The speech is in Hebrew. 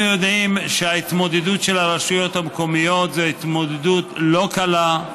יודעים שההתמודדות של הרשויות המקומיות היא התמודדות לא קלה,